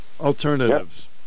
Alternatives